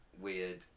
weird